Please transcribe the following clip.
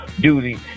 duty